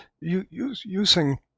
using